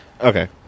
Okay